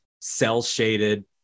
cell-shaded